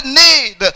need